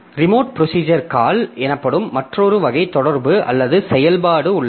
remote procedure call எனப்படும் மற்றொரு வகை தொடர்பு அல்லது செயல்பாடு உள்ளது